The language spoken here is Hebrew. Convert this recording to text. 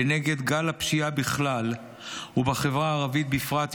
כנגד גל הפשיעה בכלל ובחברה הערבית בפרט,